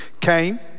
came